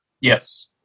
Yes